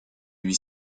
lui